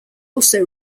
also